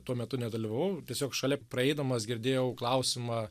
tuo metu nedalyvavau tiesiog šalia praeidamas girdėjau klausimą